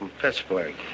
Pittsburgh